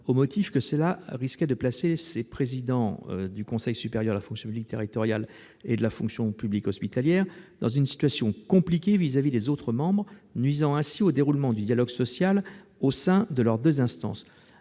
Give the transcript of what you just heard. au motif qu'il risquait de placer les présidents des conseils supérieurs de la fonction publique territoriale et de la fonction publique hospitalière dans une situation compliquée vis-à-vis des autres membres, nuisant ainsi au bon déroulement du dialogue social au sein de leurs instances.